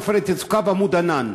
"עופרת יצוקה" ו"עמוד ענן".